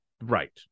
right